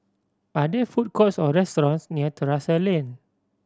are there food courts or restaurants near Terrasse Lane